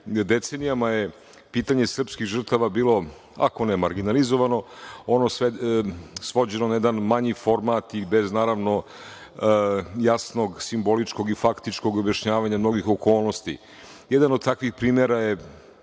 decenijama je pitanje srpskih žrtava bilo, ako ne marginalizovano, ono svođeno na jedan manji format i bez, naravno, jasnog simboličkog i faktičkog objašnjavanja mnogih okolnosti. Jedan od takvih primera je,